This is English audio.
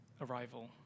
arrival